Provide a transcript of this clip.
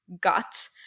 gut